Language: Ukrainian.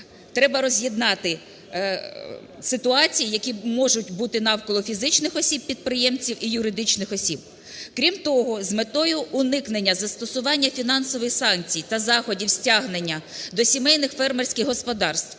Треба роз'єднати ситуації, які можуть бути навколо фізичних осіб-підприємців і юридичних осіб. Крім того, з метою уникнення застосування фінансових санкцій та заходів стягнення до сімейних фермерських господарств